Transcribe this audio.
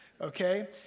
okay